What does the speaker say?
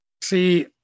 See